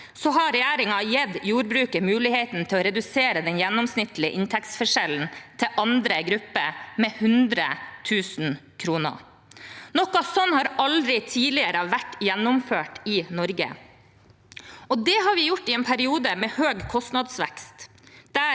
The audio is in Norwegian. år, har regjeringen gitt jordbruket muligheten til å redusere den gjennomsnittlige inntektsforskjellen til andre grupper med 100 000 kr. Noe slikt har aldri tidligere vært gjennomført i Norge, og det har vi gjort i en periode med høy kostnadsvekst,